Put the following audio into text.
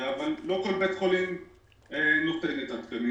אבל לא כל בית חולים נותן את התקנים